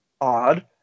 odd